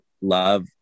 love